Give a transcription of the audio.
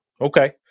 Okay